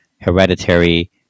hereditary